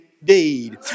indeed